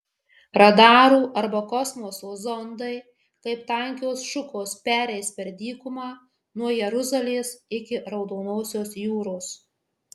radarų arba kosmoso zondai kaip tankios šukos pereis per dykumą nuo jeruzalės iki raudonosios jūros